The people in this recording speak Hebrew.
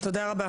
תודה רבה.